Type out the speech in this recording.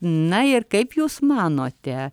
na ir kaip jūs manote